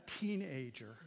teenager